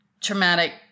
traumatic